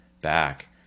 back